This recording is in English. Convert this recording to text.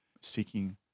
seeking